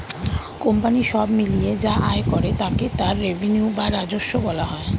company সব মিলিয়ে যা আয় করে তাকে তার রেভিনিউ বা রাজস্ব বলা হয়